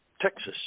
Texas